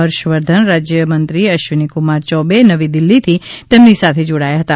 હર્ષવર્ધન રાજ્યમંત્રી અશ્વિનીકુમાર યૌબે નવી દિલ્હીથી તેમની સાથે જોડાયા હતા